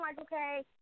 okay